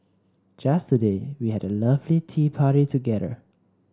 just today we had a lovely tea party together